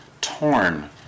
torn